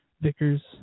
Vickers